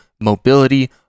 mobility